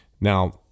now